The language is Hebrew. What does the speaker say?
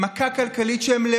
הממשלתיות?